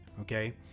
okay